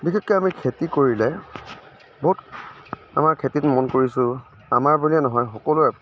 বিশেষকৈ আমি খেতি কৰিলে বহুত আমাৰ খেতিত মন কৰিছোঁ আমাৰ বুলিয়ে নহয় সকলোৱে